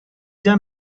then